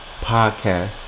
Podcast